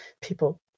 people